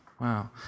wow